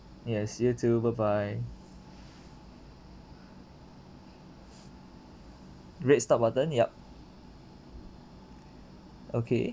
yes you too bye bye red stop button yup okay